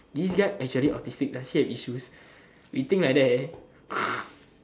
this guy actually autistic does he have issues we think like that eh